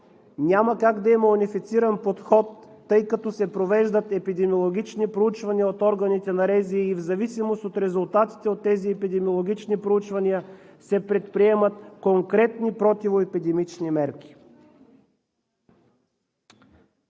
няма как да има унифициран подход, тъй като се провеждат епидемиологични проучвания от органите на РЗИ и в зависимост от резултатите от тези епидемиологични проучвания се предприемат конкретни противоепидемични мерки.